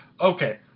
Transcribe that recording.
okay